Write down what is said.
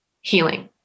healing